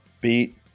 Beat